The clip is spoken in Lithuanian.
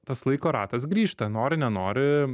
tas laiko ratas grįžta nori nenori